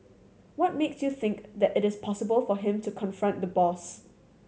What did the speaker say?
what makes you think that it is possible for him to confront the boss